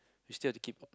you still have to keep